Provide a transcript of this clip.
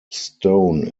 stone